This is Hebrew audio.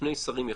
שני שרים יחליטו,